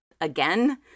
again